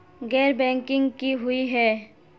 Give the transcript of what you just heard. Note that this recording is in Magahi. गैर बैंकिंग की हुई है?